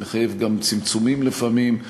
זה מחייב גם צמצומים לפעמים.